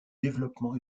développement